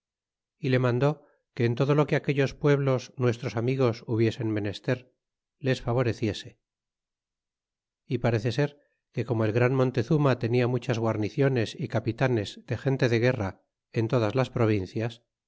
y le mandó que en todo lo que aquellos pueblos nuestros amigos hubiesen menester les favoreciese y parece ser que como el gran montezuma tenia muchas guarniciones y capitanes de gente de guerra en todas las provincias